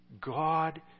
God